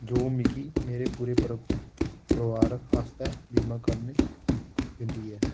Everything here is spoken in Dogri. जो मिगी मेरे पूरे परो परोआर आस्तै बीमा करन दिंदी ऐ